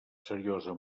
seriosa